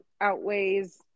outweighs